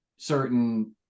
certain